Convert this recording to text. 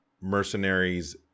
Mercenaries